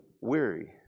weary